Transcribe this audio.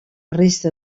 resta